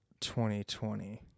2020